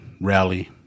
rally